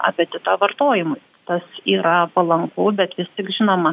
apetitą vartojimui tas yra palanku bet vis tik žinoma